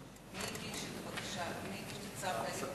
של המוסלמים או דתות אחרות,